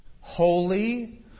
Holy